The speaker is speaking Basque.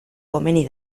komeni